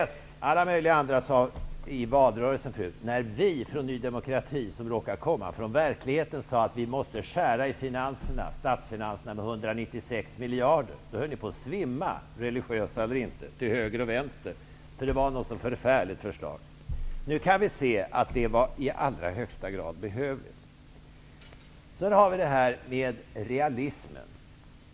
Kds och alla möjliga andra höll på att svimma till höger och vänster, religiösa eller inte, när vi i Ny demokrati -- som råkar komma från verkligheten -- sade att vi måste skära i statsfinanserna med 196 miljarder. Det ansågs vara ett så förfärligt förslag. Nu kan vi se att det var i allra högsta grad behövligt. Sedan har vi realismen.